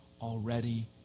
already